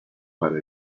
para